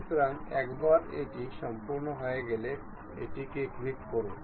সুতরাং একবার এটি সম্পন্ন হয়ে গেলে ক্লিক করুন